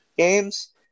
Games